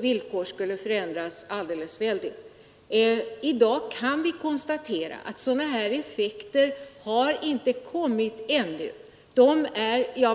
villkor skulle försämras alldeles oerhört. I dag kan vi konstatera att något sådant ännu inte har inträffat.